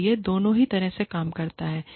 तो यह दोनों तरह से काम करता है